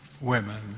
women